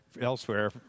elsewhere